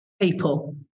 people